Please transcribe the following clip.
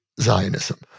Zionism